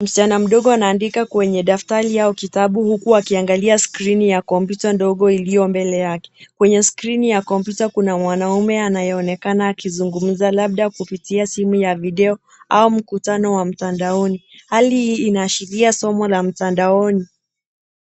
Msichana mdogo anaandika kwenye daftari au kitabu huku akiangalia skrini ya kompyuta ndogo iliyo mbele yake. Kwenye skrini ya kompyuta kuna mwanaume anayeonekana akizungumza labda kupitia simu ya video au mkutano wa mtandaoni. Hali hii inaashiria somo la mtandaoni.